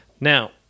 Now